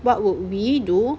what would we do